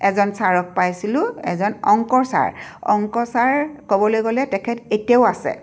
এজন ছাৰক পাইছিলোঁ এজন অংকৰ ছাৰ অংক ছাৰ ক'বলৈ গ'লে তেখেত এতিয়াও আছে